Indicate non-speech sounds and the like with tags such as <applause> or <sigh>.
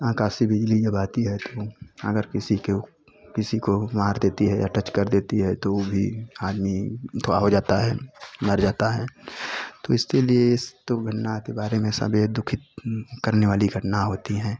आकाशी बिजली जब आती है तो अगर किसी को किसी को मार देती है या टच कर देती है तो ओ भी आदमी अथवा हो जाता है मर जाता है तो इसीलिए तो <unintelligible> के बारे में सब यह दुखित करने वाली घटना होती हैं